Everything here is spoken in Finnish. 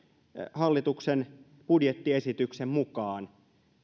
hallituksen budjettiesityksen mukaan